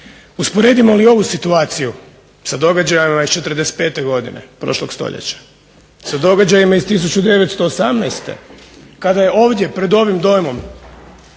Usporedimo li ovu situaciju sa događajima iz '45. godine prošlog stoljeća, sa događajima iz 1918. kada je ovdje pred ovim Domom